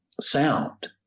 sound